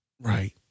Right